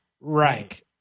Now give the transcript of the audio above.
Right